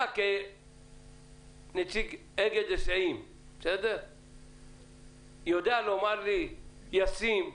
אתה כנציג אגד היסעים יודע לומר לי אם זה ישים,